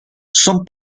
son